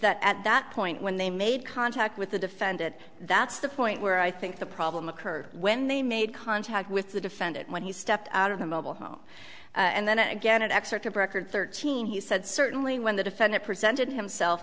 that at that point when they made contact with the defendant that's the point where i think the problem occurred when they made contact with the defendant when he stepped out of the mobile home and then again an excerpt of record thirteen he said certainly when the defendant presented himself